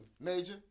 Major